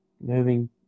moving